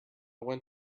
went